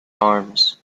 arms